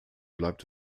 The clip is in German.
bleibt